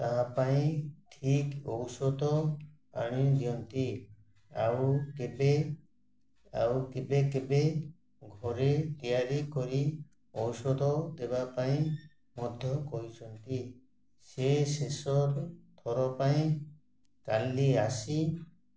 ତାହା ପାଇଁ ଠିକ୍ ଔଷଧ ଆଣି ଦିଅନ୍ତି ଆଉ କେବେ ଆଉ କେବେ କେବେ ଘରେ ତିଆରି କରି ଔଷଧ ଦେବା ପାଇଁ ମଧ୍ୟ କହିଛନ୍ତି ସେ ଶେଷ ଥର ପାଇଁ କାଲି ଆସି